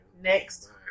Next